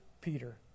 Peter